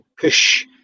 push